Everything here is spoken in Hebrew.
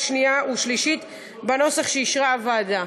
שנייה ובקריאה שלישית בנוסח שאישרה הוועדה.